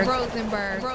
Rosenberg